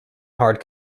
hard